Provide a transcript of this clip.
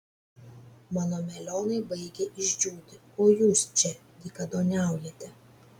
mano melionai baigia išdžiūti o jūs čia dykaduoniaujate